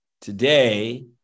today